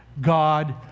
God